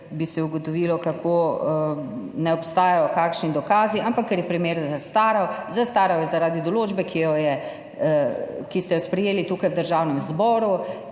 bi se ugotovilo, kako ne obstajajo kakšni dokazi, ampak ker je primer zastaral. Zastaral je zaradi določbe, ki ste jo sprejeli tukaj v Državnem zboru